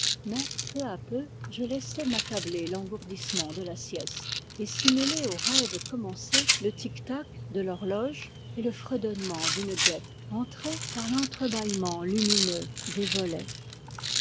mais peu à peu je laissais m'accabler l'engourdissement de la sieste et s'y mêler au rêve commencé le tic-tac de l'horloge et le fredonnement d'une guêpe entrée par l'entrebâillement lumineux des volets